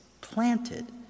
planted